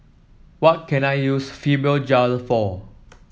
what can I use Fibogel for